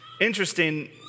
interesting